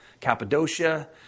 Cappadocia